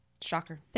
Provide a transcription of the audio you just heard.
Shocker